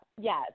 Yes